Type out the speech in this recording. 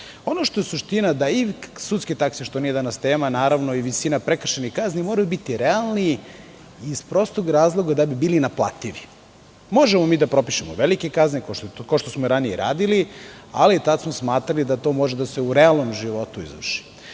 Ono što je suština, da i sudske takse, što nije danas tema, naravno, i visina prekršajnih kazni moraju biti realne, iz prostog razloga da bi bili naplativi. Možemo mi da propišemo velike kazne, kao što smo i ranije radili, ali tada smo smatrali da to može u realnom životu da